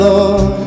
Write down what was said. Lord